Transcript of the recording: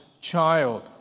child